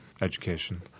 education